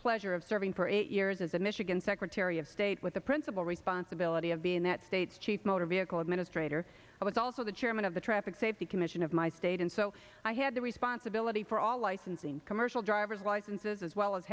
pleasure of serving for eight years as the michigan secretary of state with the principal responsibility of being that state's chief motor vehicle administrator i was also the chairman of the traffic safety commission of my state and so i had the responsibility for all licensing commercial driver's licenses as well as